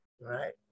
right